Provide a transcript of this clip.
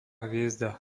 hviezda